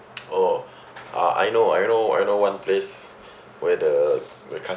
oh uh I know I know I know one place where the the cus~